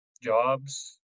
jobs